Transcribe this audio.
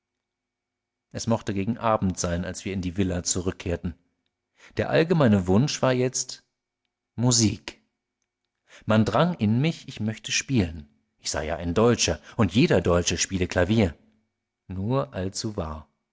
es mochte gegen abend sein als wir in die villa zurückkehrten der allgemeine wunsch war jetzt musik man drang in mich ich möchte spielen ich sei ja ein deutscher und jeder deutsche spiele klavier nur allzu wahr